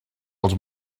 els